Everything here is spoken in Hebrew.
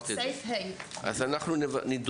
חיסלו 25. הצליחו